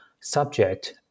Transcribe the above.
subject